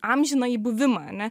amžinąjį buvimą ane